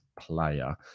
player